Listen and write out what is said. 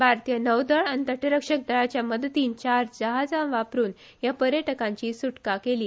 भारतीय नौदळ आनी तटरक्षक दळाच्या मदतीन चार जहाजा वापरून ह्या पर्यटकांची सुटका केली